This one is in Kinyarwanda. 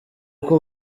uko